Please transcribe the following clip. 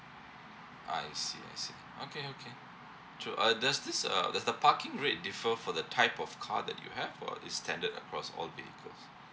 I see I see okay okay sure uh there's this uh there's the parking rate differ for the type of car that you have or it's standard across all vehicles